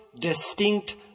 distinct